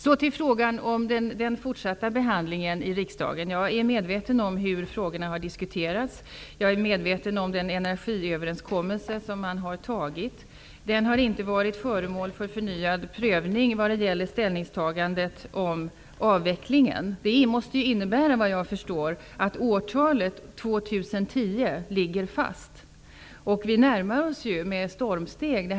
Så till frågan om den fortsatta behandlingen i riksdagen. Jag är medveten om hur frågorna har diskuterats. Jag är medveten om den energiöverenskommelse som man har fattat. Den har inte varit föremål för förnyad prövning vad gäller ställningstagandet till avvecklingen. Såvitt jag förstår måste det innebära att årtalet 2010 ligger fast. Vi närmar oss det årtalet med stormsteg.